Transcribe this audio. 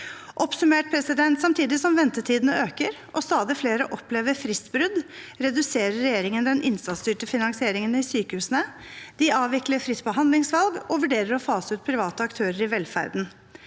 Oppsummert: Samtidig som ventetidene øker og stadig flere opplever fristbrudd, reduserer regjeringen den innsatsstyrte finansieringen i sykehusene, de avvikler fritt behandlingsvalg og vurderer å fase ut private aktører i velferden.